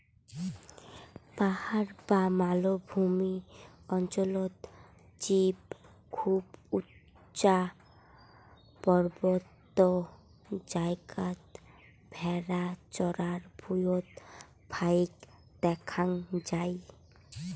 পাহাড় বা মালভূমি অঞ্চলত জীব খুব উচা পার্বত্য জাগাত ভ্যাড়া চরার ভুঁই ফাইক দ্যাখ্যাং যাই